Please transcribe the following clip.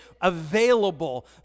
available